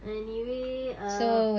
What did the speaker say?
anyway err